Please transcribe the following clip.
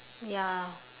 ya